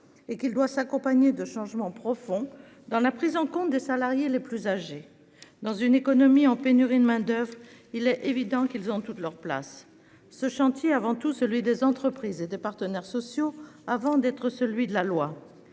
et qu'il doit s'accompagner de changements profonds dans la prise en compte des salariés les plus âgés. Dans une économie souffrant d'une pénurie de main-d'oeuvre, il est évident que ceux-ci ont toute leur place. Ce chantier est celui des entreprises et des partenaires sociaux avant d'être celui de la loi.